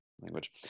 language